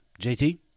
JT